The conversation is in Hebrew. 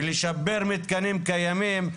ולשפר מתקנים קיימים.